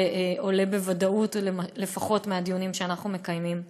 זה עולה בוודאות לפחות מהדיונים שאנחנו מקיימים.